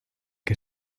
que